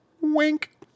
Wink